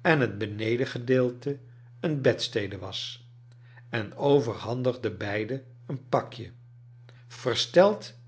en het benedengedeelte een bedstede was en overhandigde beiden een pakje versteld